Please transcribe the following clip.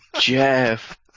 jeff